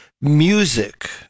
music